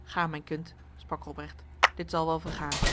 ga mijn kind sprak robrecht dit zal wel vergaan